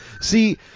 See